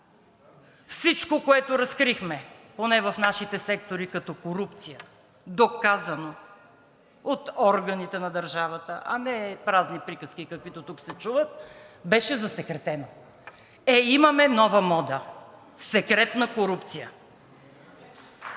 Всичко, което разкрихме, поне в нашите сектори като корупция, доказано от органите на държавата, а не празни приказки, каквито тук се чуват, беше засекретено. Е, имаме нова мода: секретна корупция!